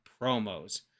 promos